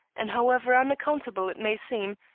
and however unaccountable it may seem,